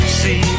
see